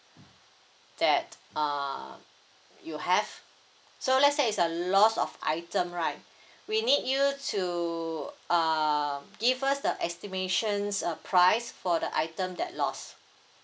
that uh you have so let say it's a loss of item right we need you to um give us the estimations uh price for the item that lost